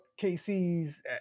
KC's